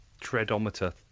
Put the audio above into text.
treadometer